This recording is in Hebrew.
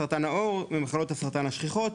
סרטן העור הוא ממחלות הסרטן השכיחות,